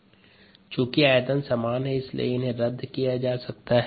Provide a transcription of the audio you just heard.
k1ESVk2ESVk3ESV k1ESVk2ESVk3ESV चूँकि आयतन समान हैं इसलिए इन्हें रद्द किया जा सकता है